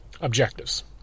objectives